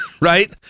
right